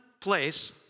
place